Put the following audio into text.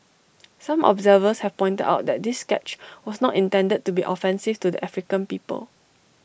some observers have pointed out that this sketch was not intended to be offensive to the African people